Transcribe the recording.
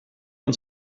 man